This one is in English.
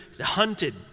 hunted